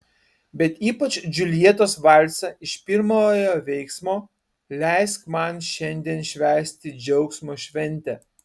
bet ypač džiuljetos valsą iš pirmojo veiksmo leisk man šiandien švęsti džiaugsmo šventę